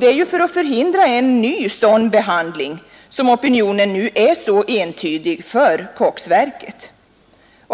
Det är ju för att förhindra en ny sådan behandling som opinionen nu är så entydig för koksverket.